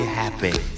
happy